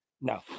No